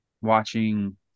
watching